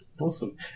Awesome